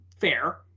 fair